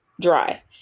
dry